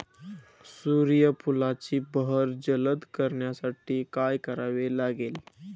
सूर्यफुलाची बहर जलद करण्यासाठी काय करावे लागेल?